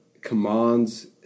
commands